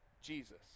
Jesus